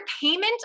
payment